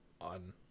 on